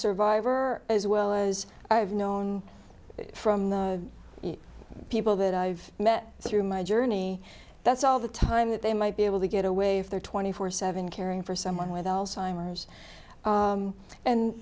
survivor as well as i've known from the people that i've met through my journey that's all the time that they might be able to get away if they're twenty four seven caring for someone with alzheimer's